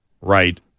right